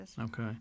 Okay